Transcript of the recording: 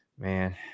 man